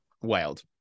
Wild